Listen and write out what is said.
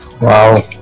Wow